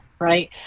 right